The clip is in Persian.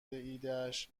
ایدهاش